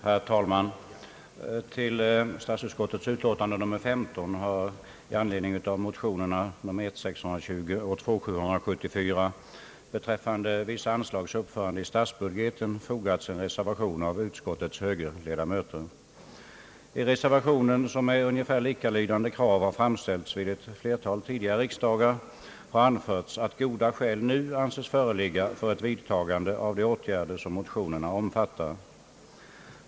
Herr talman! Till statsutskottets utlåtande nr 15 i anledning av motionerna I: 620 och II: 774 beträffande vissa anslags uppförande i statsbudgeten har fogats en reservation av utskottets högerledamöter. Ungefär likalydande krav har framställts vid ett flertal tidigare riksdagar. I reservationen anföres att goda skäl nu anses föreligga för vidtagande av de åtgärder som motionerna innefattar.